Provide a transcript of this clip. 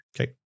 Okay